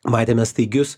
matėme staigius